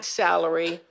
salary